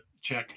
check